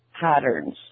patterns